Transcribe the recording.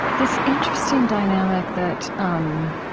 this interesting dynamic that, um